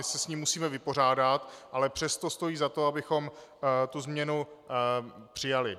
My se s ním musíme vypořádat, ale přesto stojí za to, abychom změnu přijali.